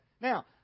Now